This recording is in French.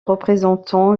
représentant